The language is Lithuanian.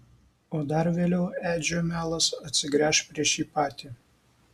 o dar vėliau edžio melas atsigręš prieš jį patį